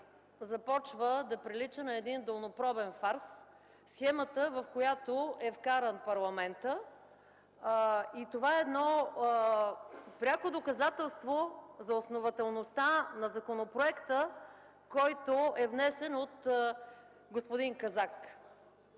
започва да прилича на един долнопробен фарс – схемата, в която е вкаран парламентът. Това е едно пряко доказателство за основателността на законопроекта, който е внесен от господин Казак.